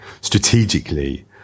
strategically